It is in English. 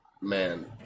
Man